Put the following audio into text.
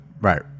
Right